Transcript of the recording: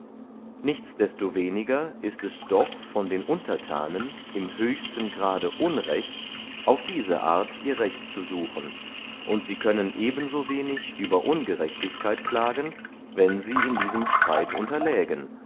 weniger ist es doch von den unterthanen im höchsten grade unrecht auf diese art ihr recht zu suchen und sie können eben so wenig über ungerechtigkeit klagen wenn sie in diesem streit unterlägen